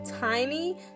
tiny